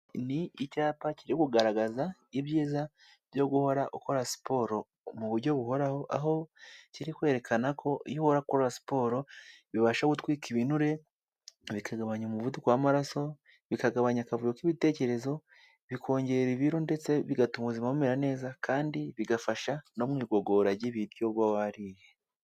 Ni icyapa kiri kugaragaza ibyiza byo guhora ukora siporo mu buryo buhoraho, aho kiri kwerekana ko iyo uhora ukora siporo bibasha gutwika ibinure, bikagabanya umuvuduko w'amaraso, bikagabanya akavuyo k'ibitekerezo, bikongera ibiro ndetse bigatuma ubuzima bumera neza, kandi bigafasha no mu igogora ry'ibiryo uba wariye.